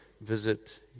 visit